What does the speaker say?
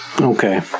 Okay